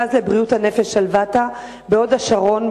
ממרכז לבריאות הנפש 'שלוותא' בהוד-השרון.